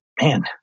man